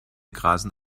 grasen